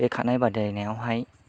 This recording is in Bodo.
बे खारनाय बादायनायाव हाय